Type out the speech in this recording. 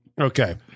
Okay